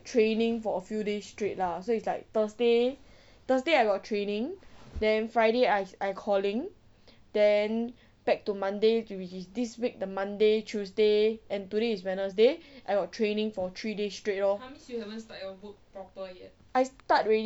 training for a few days straight lah so it's like thursday thursday I got training then friday I I calling then back to monday which is this week the monday tuesday and today is wednesday I got training for three days straight lor I start already